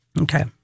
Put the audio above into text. Okay